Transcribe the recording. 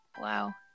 Wow